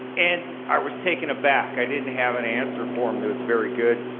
and i was taken aback. i didn't have an answer for him that was very good,